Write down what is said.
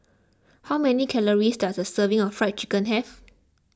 how many calories does a serving of Fried Chicken have